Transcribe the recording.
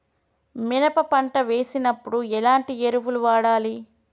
మినప పంట వేసినప్పుడు ఎలాంటి ఎరువులు వాడాలి?